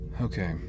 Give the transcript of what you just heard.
Okay